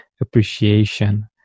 appreciation